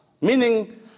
meaning